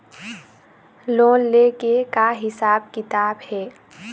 Loan ले के का हिसाब किताब हे?